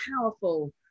powerful